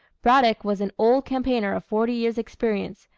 braddock was an old campaigner of forty years' experience,